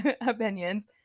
opinions